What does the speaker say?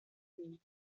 company